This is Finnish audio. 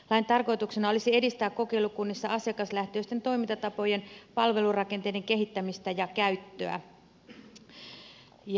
lain tarkoituksena olisi edistää kokeilukunnissa asiakaslähtöisten toimintatapojen ja palvelurakenteiden kehittämistä ja käyttöä